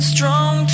Strong